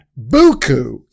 Buku